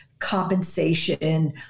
compensation